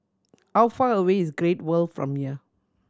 how far away is Great World from here